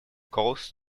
coast